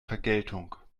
vergeltung